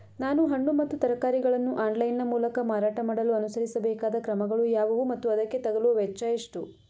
ನಾನು ಹಣ್ಣು ಮತ್ತು ತರಕಾರಿಗಳನ್ನು ಆನ್ಲೈನ ಮೂಲಕ ಮಾರಾಟ ಮಾಡಲು ಅನುಸರಿಸಬೇಕಾದ ಕ್ರಮಗಳು ಯಾವುವು ಮತ್ತು ಅದಕ್ಕೆ ತಗಲುವ ವೆಚ್ಚ ಎಷ್ಟು?